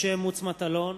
משה מטלון,